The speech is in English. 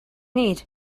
need